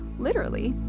literally!